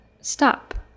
stop